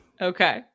Okay